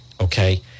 okay